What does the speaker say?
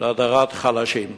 להדרת חלשים.